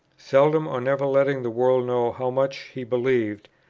seldom or never letting the world know how much he believed,